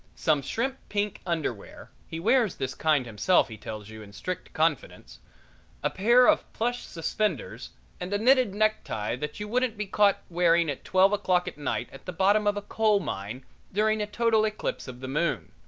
some shrimp-pink underwear he wears this kind himself he tells you in strict confidence a pair of plush suspenders and a knitted necktie that you wouldn't be caught wearing at twelve o'clock at night at the bottom of a coal mine during a total eclipse of the moon.